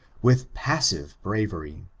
with passive bravery.